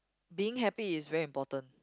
being happy is very important